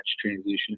transition